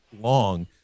long